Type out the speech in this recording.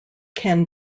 can